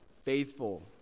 Faithful